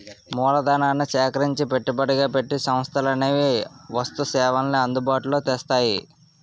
మూలధనాన్ని సేకరించి పెట్టుబడిగా పెట్టి సంస్థలనేవి వస్తు సేవల్ని అందుబాటులో తెస్తాయి